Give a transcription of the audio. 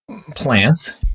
plants